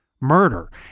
murder